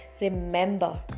remember